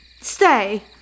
Stay